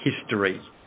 history